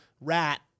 rat